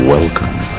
Welcome